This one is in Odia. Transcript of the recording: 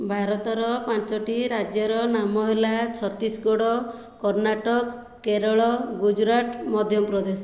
ଭାରତର ପାଞ୍ଚଟି ରଜ୍ୟର ନାମ ହେଲା ଛତିଶଗଡ଼ କର୍ଣାଟକ କେରଳ ଗୁଜୁରାଟ ମଧ୍ୟପ୍ରଦେଶ